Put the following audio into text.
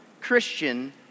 Christian